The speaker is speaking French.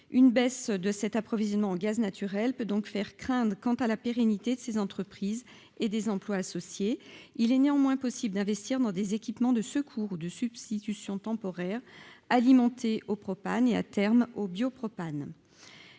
une baisse de 7, approvisionnement en gaz naturel peut donc faire craindre quant à la pérennité de ces entreprises et des emplois associés, il est néanmoins possible d'investir dans des équipements de secours de substitution temporaire alimentés au propane et à terme au bio propane